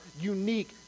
unique